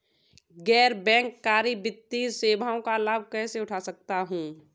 गैर बैंककारी वित्तीय सेवाओं का लाभ कैसे उठा सकता हूँ?